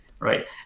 right